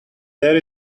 there